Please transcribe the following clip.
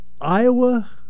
Iowa